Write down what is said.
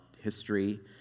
history